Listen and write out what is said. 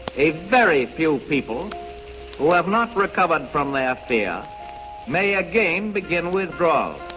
a very few people who have not recovered from their fear may again begin withdrawals.